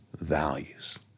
values